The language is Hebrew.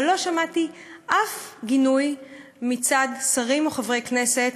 אבל לא שמעתי אף גינוי מצד שרים או חברי כנסת